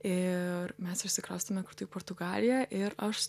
ir mes išsikraustėme į portugaliją ir aš